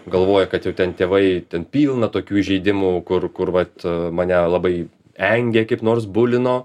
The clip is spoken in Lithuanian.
galvoja kad jau ten tėvai ten pilna tokių įžeidimų kur kur vat mane labai engia kaip nors bulino